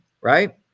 right